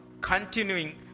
continuing